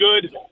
good